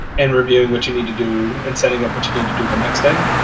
and reviewing what you need to do, and setting up what you need to do the next day.